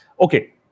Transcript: Okay